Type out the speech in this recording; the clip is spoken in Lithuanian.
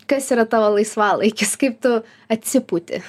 kas yra tavo laisvalaikis kaip tu atsiputi